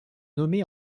nommée